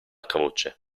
croce